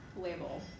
label